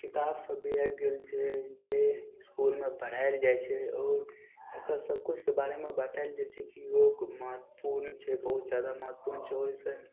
किताब सब भी आबि गेल छै जे इसकुलमे पढ़ाएल जाइ छै आओर एकर सबकिछुके बारेमे बताएल जाइ छै कि योग महत्वपूर्ण छै बहुत जादा महत्वपूर्ण छै आओर एहिसे